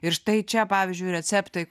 ir štai čia pavyzdžiui receptai